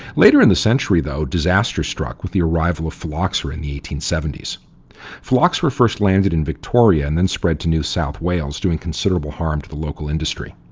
later in the century, though, disaster struck with the arrival of phylloxera in the eighteen seventy so s. first landed in victoria and then spread to new south wales, doing considerable harm to the local industry.